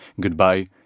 Goodbye